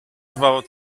żwawo